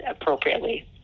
appropriately